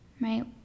Right